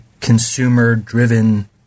consumer-driven